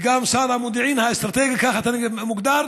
וגם שר המודיעין האסטרטגי, כך אתה מוגדר?